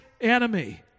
enemy